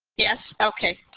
yes? okay.